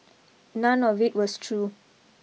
none of it was true